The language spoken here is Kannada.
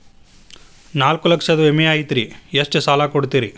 ನಾಲ್ಕು ಲಕ್ಷದ ವಿಮೆ ಐತ್ರಿ ಎಷ್ಟ ಸಾಲ ಕೊಡ್ತೇರಿ?